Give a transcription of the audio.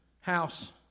house